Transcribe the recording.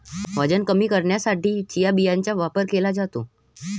वजन कमी करण्यासाठी चिया बियांचा वापर केला जातो